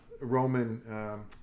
Roman